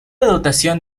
dotación